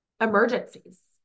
emergencies